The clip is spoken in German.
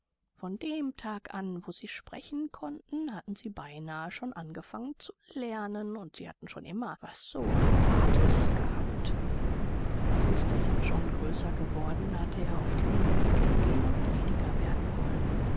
von dem tag an wo sie sprechen konnten hatten sie beinahe schon angefangen zu lernen und sie hatten schon immer was so apartes gehabt als mr st john größer geworden hatte er auf die universität gehen und prediger werden wollen